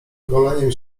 goleniem